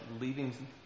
leaving